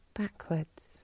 backwards